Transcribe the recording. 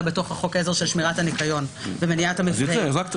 בתוך חוק העזר של שמירת הניקיון ומניעת המפגעים.